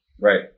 Right